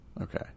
Okay